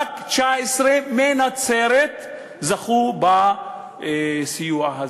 רק 19 מנצרת זכו בסיוע הזה.